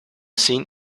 scene